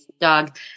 dog